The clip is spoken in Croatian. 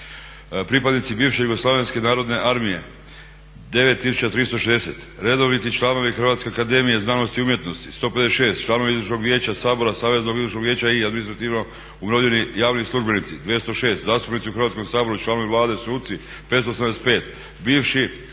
Pripadnici bivše JNA 9360. Redoviti članovi Hrvatske akademije znanosti i umjetnosti 156. Članovi izvršnog vijeća Sabora, Saveznog izvršnog vijeća i administrativno umirovljeni javni službenici 206. Zastupnici u Hrvatskom saboru i članovi Vlade, suci 575.